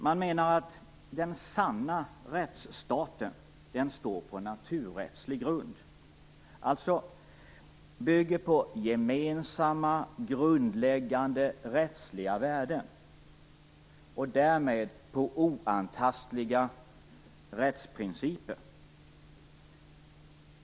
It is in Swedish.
Man menar att den sanna rättsstaten står på en naturrättslig grund, dvs. den bygger på gemensamma grundläggande rättsliga värden och därmed på oantastliga rättsprinciper.